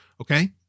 Okay